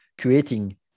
creating